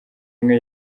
imwe